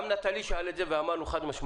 גם יושב-ראש נטלי שאל את זה ואמרנו חד-משמעית: